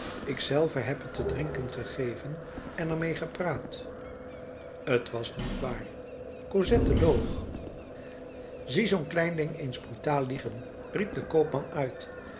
zelve heb het te drinken gegeven en er meê gepraat t was niet waar cosette loog zie zoo'n klein ding eens brutaal liegen riep de koopman uit